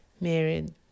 married